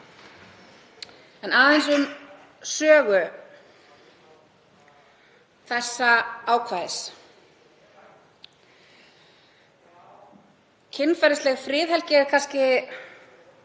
En aðeins um sögu þessa ákvæðis. Kynferðisleg friðhelgi er kannski